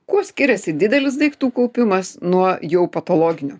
kuo skiriasi didelis daiktų kaupimas nuo jau patologinio